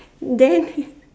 then